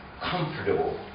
comfortable